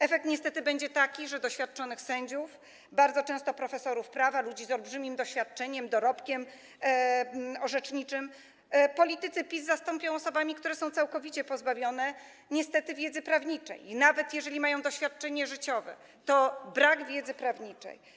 Efekt niestety będzie taki, że doświadczonych sędziów, bardzo często profesorów prawa, ludzi z olbrzymim doświadczeniem, dorobkiem orzeczniczym, politycy PiS zastąpią osobami, które są całkowicie pozbawione wiedzy prawniczej, i nawet jeżeli mają doświadczenie życiowe, to brakuje im wiedzy prawniczej.